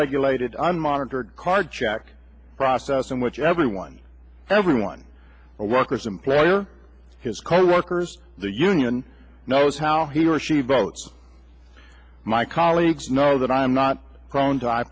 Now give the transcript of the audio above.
regulated i'm monitored carjack process in which everyone everyone or workers employer his coworkers the union knows how he or she votes my colleagues know that i'm not prone to